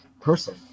person